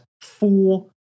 four